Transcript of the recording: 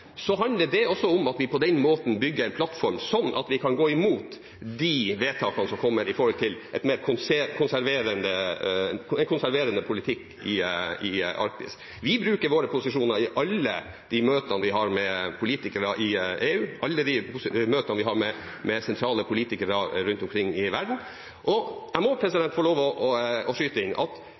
handler det også om at vi på den måten bygger en plattform, slik at vi kan gå imot de vedtakene som kommer om en mer konserverende politikk i Arktis. Vi bruker våre posisjoner i alle de møtene vi har med politikere i EU og i alle møtene med sentrale politikere rundt omkring i verden. Jeg må få lov til å skyte inn at